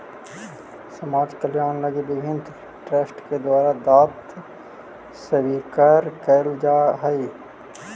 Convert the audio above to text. समाज कल्याण लगी विभिन्न ट्रस्ट के द्वारा दांत स्वीकार कैल जा हई